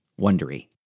Wondery